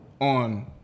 on